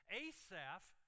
asaph